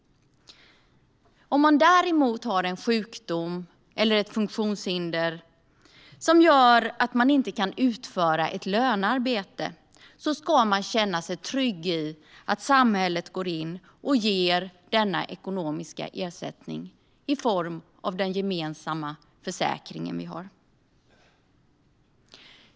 Om man däremot har en sjukdom eller ett funktionshinder som gör att man inte kan utföra ett lönearbete ska man känna sig trygg med att samhället går in och ger en ekonomisk ersättning i form av vår gemensamma försäkring.